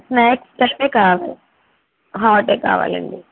snacks special కావాలి హాటే కావాలండి